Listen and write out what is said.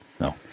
no